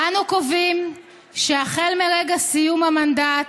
"אנו קובעים שהחל מרגע סיום המנדט,